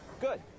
Good